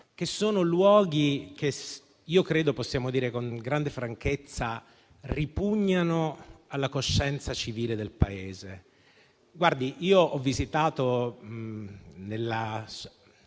che sono luoghi che - lo possiamo dire con grande franchezza - ripugnano alla coscienza civile del Paese. Ho visitato,